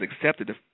accepted